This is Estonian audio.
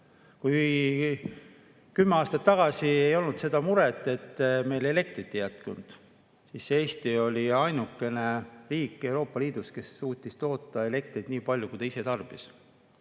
10 aastat tagasi ei olnud seda muret, et meil elektrit ei jätkunud, siis oli Eesti ainukene riik Euroopa Liidus, kes suutis toota elektrit nii palju, kui ta ise tarbis.